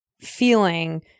feeling